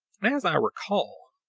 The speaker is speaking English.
as i recall